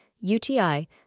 UTI